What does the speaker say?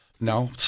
No